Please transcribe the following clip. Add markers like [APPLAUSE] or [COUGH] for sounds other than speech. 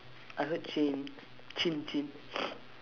I heard chin chin chin [NOISE]